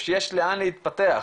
יש לאן להתפתח.